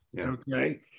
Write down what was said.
okay